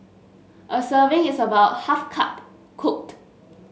a serving is about half cup cooked